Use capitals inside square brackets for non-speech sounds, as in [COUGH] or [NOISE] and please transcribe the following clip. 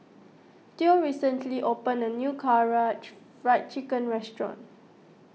theo recently opened a new Karaage [UNINTELLIGIBLE] Fried Chicken restaurant